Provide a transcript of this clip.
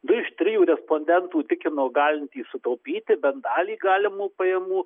du iš trijų respondentų tikino galintys sutaupyti bent dalį galimų pajamų